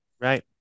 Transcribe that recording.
Right